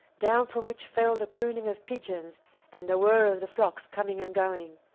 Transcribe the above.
down from which fell the crooning of pigeons and the whir of the flocks coming and going.